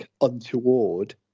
untoward